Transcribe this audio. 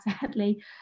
sadly